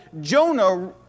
Jonah